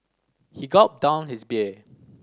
he gulped down his beer